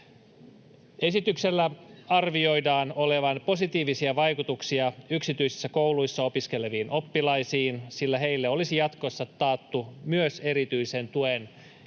Esityksellä arvioidaan olevan positiivisia vaikutuksia yksityisissä kouluissa opiskeleviin oppilaisiin, sillä heille olisi jatkossa taattu myös erityisen tuen ja siihen